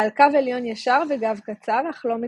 בעל קו עליון ישר וגב קצר, אך לא מכווץ.